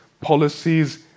policies